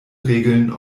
regeln